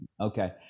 okay